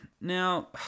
Now